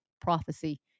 prophecy